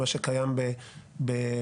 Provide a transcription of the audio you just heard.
כמו שקיים בארה"ב,